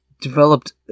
developed